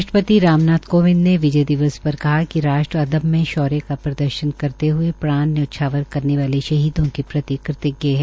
राष्ट्रपति राम नाथ कोविंद ने विजय दिवस पर कहा है कि राष्ट्र अदम्य शौर्य का प्रदर्शन करते हए प्राण न्यौछावर करने वाले शहीदों के प्रति कृतज्ञ है